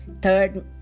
third